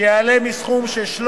שיעלה מסכום של